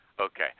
Okay